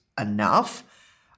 enough